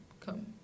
come